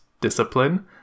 discipline